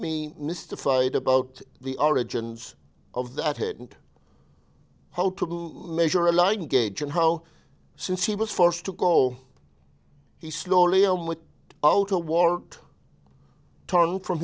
me mystified about the origins of that hit and hope to measure a line gauge and how since he was forced to go he slowly along with out a war torn from